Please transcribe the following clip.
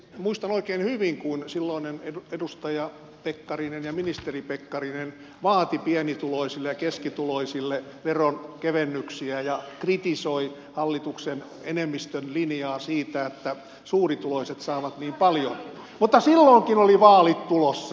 muistan oikein hyvin kun silloinen edustaja pekkarinen ja ministeri pekkarinen vaati pienituloisille ja keskituloisille veronkevennyksiä ja kritisoi hallituksen enemmistön linjaa siitä että suurituloiset saavat niin paljon mutta silloinkin oli vaalit tulossa